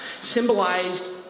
symbolized